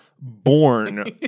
born